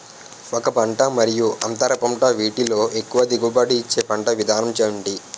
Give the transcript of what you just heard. ఒక పంట మరియు అంతర పంట వీటిలో ఎక్కువ దిగుబడి ఇచ్చే పంట విధానం ఏంటి?